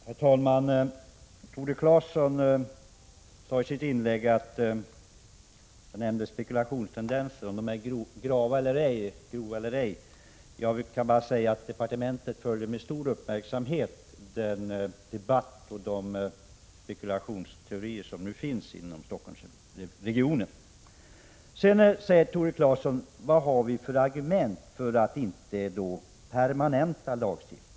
Herr talman! Tore Claeson tog i sitt inlägg upp att jag hade använt mig av uttrycket spekulationstendenser. Huruvida dessa tendenser är grova eller ej vet jag inte. Jag kan bara säga att departementet med stor uppmärksamhet följer den debatt som pågår och de spekulationsteorier som nu finns inom Stockholmsregionen. Tore Claeson frågar vidare vad vi har för argument för att inte permanenta lagstiftningen.